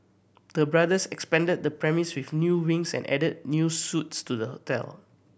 the brothers expanded the premise with new wings and added new suites to the hotel